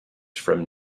from